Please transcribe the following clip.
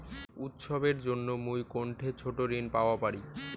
উৎসবের জন্য মুই কোনঠে ছোট ঋণ পাওয়া পারি?